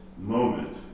Moment